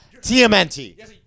TMNT